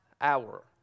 hour